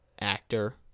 actor